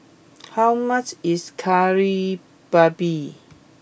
how much is Kari Babi